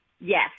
Yes